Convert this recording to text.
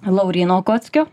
laurynu okotskiu